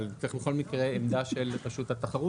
אבל צריך בכל מקרה עמדה של רשות התחרות